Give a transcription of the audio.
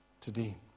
today